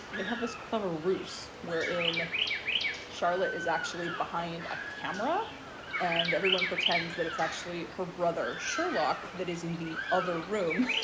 they have this clever ruse where in charlotte is actually behind a camera and everyone pretends that it's actually her brother sherlock that is in the other room.